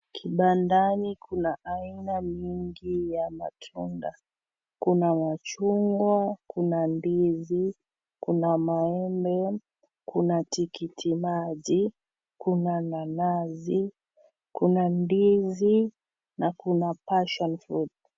Kibandani kuna aina mingi ya matunda. Kuna machungwa, kuna ndizi, kuna maembe, kuna tikiti maji, kuna nanazi, kuna ndizi na kuna passion fruit .